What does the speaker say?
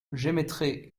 j’émettrai